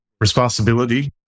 responsibility